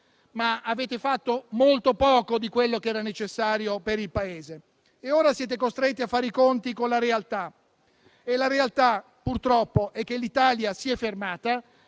ma avete fatto molto poco di quello che era necessario per il Paese. Ora siete costretti a fare i conti con la realtà e la realtà purtroppo è che l'Italia si è fermata